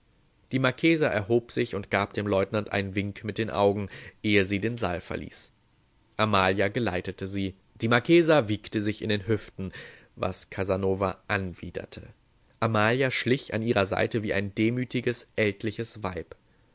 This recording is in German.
die marchesa erhob sich und gab dem leutnant einen wink mit den augen ehe sie den saal verließ amalia geleitete sie die marchesa wiegte sich in den hüften was casanova anwiderte amalia schlich an ihrer seite wie ein demütiges ältliches weib